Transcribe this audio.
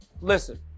listen